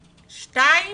והשנייה,